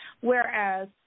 whereas